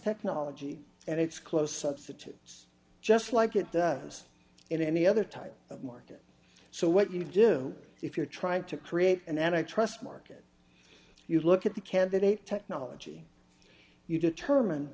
technology and its close substitutes just like it does in any other type of market so what you do if you're trying to create and i trust market if you look at the candidate technology you determine